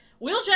Wheeljack